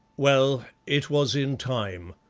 well, it was in time.